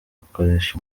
bakoresha